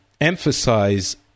emphasize